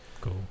Cool